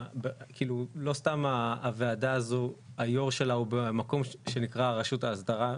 לא סתם הוועדה הזו היו"ר שלה הוא במקום שנקרא רשות ההסדרה.